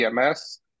EMS